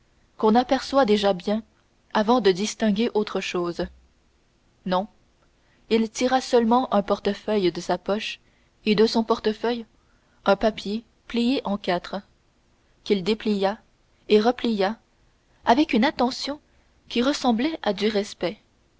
qu'on aperçoit déjà bien avant de distinguer autre chose non il tira seulement un portefeuille de sa poche et de son portefeuille un papier plié en quatre qu'il déplia et replia avec une attention qui ressemblait à du respect